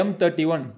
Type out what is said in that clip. M31